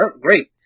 great